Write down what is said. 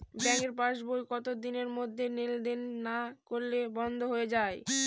ব্যাঙ্কের পাস বই কত দিনের মধ্যে লেন দেন না করলে বন্ধ হয়ে য়ায়?